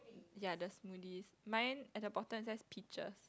ya the smoothies mine at the bottom is just peaches